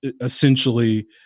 essentially